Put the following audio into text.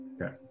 Okay